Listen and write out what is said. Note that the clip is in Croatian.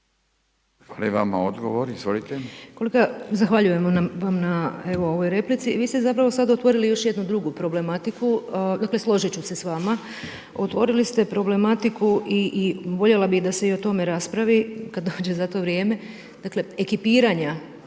Imamo odgovor. Izvolite.